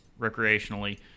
recreationally